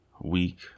week